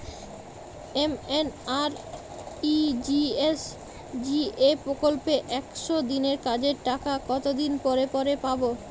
MNREGA প্রকল্পে একশ দিনের কাজের টাকা কতদিন পরে পরে পাব?